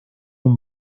otro